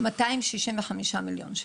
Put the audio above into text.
265 מיליון שקלים.